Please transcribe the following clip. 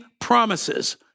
promises